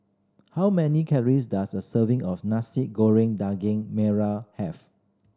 how many calories does a serving of Nasi Goreng Daging Merah have